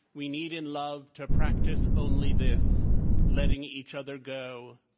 we need, in love, to practice only this letting each other go,